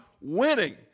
winning